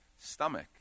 stomach